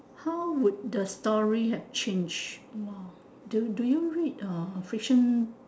how would the story have changed !wah! do do you read uh fiction